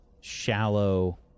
shallow